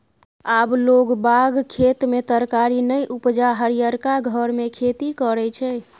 आब लोग बाग खेत मे तरकारी नै उपजा हरियरका घर मे खेती करय छै